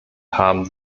haben